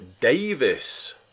Davis